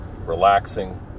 relaxing